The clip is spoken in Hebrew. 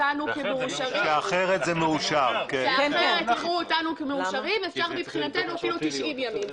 אחרת זה מאושר, ואפשר מבחינתנו 30 ימים.